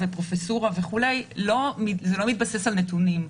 פרופסורה וכו' זה לא מתבסס על נתונים.